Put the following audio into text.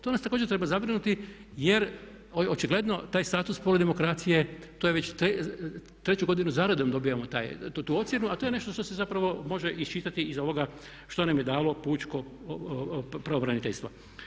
To nas također treba zabrinuti jer očigledno taj status poludemokracije to je već treću godinu za redom dobivamo tu ocjenu a to je nešto što se zapravo može iščitati iz ovoga što nam je dalo pučko pravobraniteljstvo.